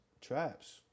traps